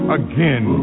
again